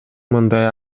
мындай